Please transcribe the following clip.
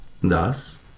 Thus